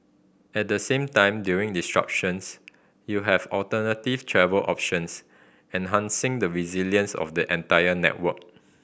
at the same time during disruptions you have alternative travel options enhancing the resilience of the entire network